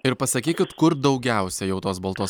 ir pasakykit kur daugiausia jau tos baltos